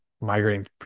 migrating